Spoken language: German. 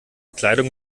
kleidung